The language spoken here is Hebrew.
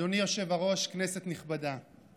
אדוני היושב-ראש, כנסת נכבדה,